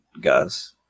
Guys